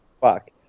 fuck